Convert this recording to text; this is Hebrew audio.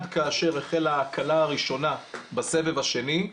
כאשר החלה ההקלה הראשונה בסבב השני,